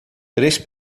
três